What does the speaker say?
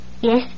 Yes